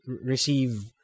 receive